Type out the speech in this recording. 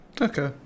Okay